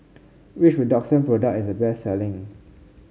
which Redoxon product is the best selling